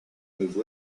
move